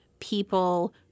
People